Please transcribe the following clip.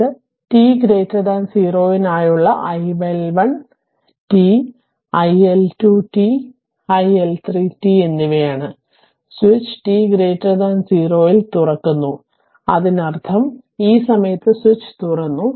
ഇത് t 0 നായുള്ള iL1t iL2t i3t എന്നിവയാണ് സ്വിച്ച് t 0 ൽ തുറക്കുന്നു അതിനർത്ഥം ഈ സമയത്ത് സ്വിച്ച് തുറന്നു